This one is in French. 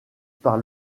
par